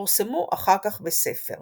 פורסמו אחר כך בספר.